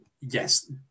yes